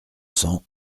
cents